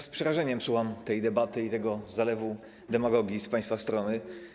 Z przerażeniem słucham tej debaty i tego zalewu demagogii z państwa strony.